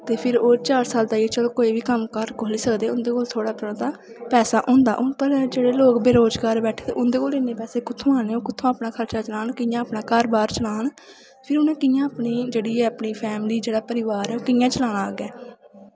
ते फिर ओह् चार साल ताईं चलो कोई बी कम्म घर खोली सकदे उं'दे कोल थोह्ड़ा मता पैसा होंदा हून भलेआं गै जेह्ड़े लोग बेरोज़गार बैठे दे उं'दे कोल इन्ने पैसे कुत्थुआं आने ओह् कुत्थुआं अपना खर्चा चलान कियां अपना घर बाह्र चलान फिर उ'नें कि'यां अपनी जेह्ड़ी फैमली ऐ जेह्ड़ा परिवार ओह् कि'यां चलाना अग्गें